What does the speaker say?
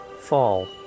Fall